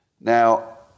Now